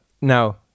Now